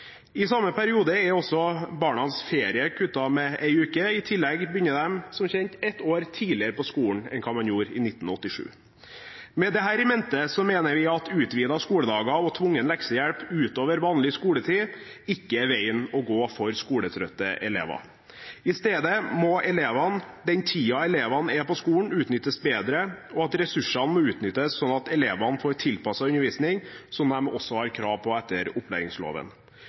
I samme periode er også barnas ferie kuttet med en uke. I tillegg begynner de, som kjent, ett år tidligere på skolen enn hva man gjorde i 1987. Med dette i mente mener vi at utvidete skoledager og tvungen leksehjelp utover vanlig skoletid ikke er veien å gå for skoletrøtte elever. Isteden må den tiden elevene er på skolen, utnyttes bedre, og ressursene må utnyttes sånn at elevene får tilpasset undervisning, som de har krav på etter opplæringsloven.